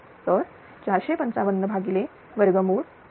तर 4554552 20